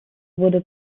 wurde